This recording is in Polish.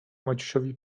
maciusiowi